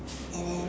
and then